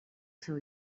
seu